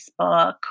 Facebook